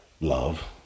Love